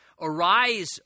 Arise